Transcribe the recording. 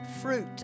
fruit